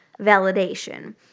validation